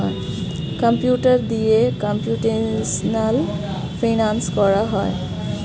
computer দিয়ে computational finance করা হয়